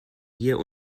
hier